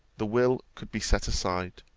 the will could be set aside,